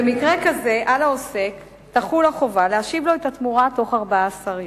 במקרה כזה על העוסק תחול החובה להשיב לו את התמורה בתוך 14 יום.